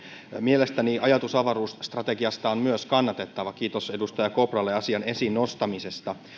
mielestäni ajatus avaruusstrategiasta on myös kannatettava kiitos edustaja kopralle asian esiin nostamisesta